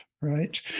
right